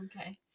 okay